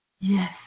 Yes